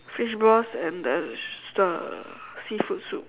fishballs and the the seafood soup